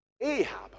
Ahab